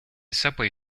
subway